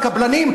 וקבלנים,